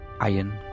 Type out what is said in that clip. iron